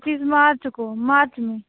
पच्चीस मार्च को मार्च में